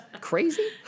crazy